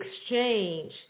exchange